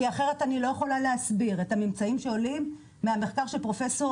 כי אחרת אני לא יכולה להסביר את הממצאים שעולים מהמחקר של פרופ'